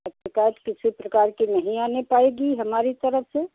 शिकायत किसी प्रकार की नहीं आने पाएगी हमारी तरफ़ से